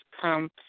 come